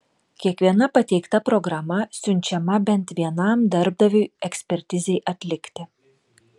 kiekviena pateikta programa siunčiama bent vienam darbdaviui ekspertizei atlikti